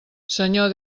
senyor